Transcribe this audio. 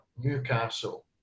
Newcastle